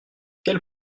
quelle